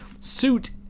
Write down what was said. suit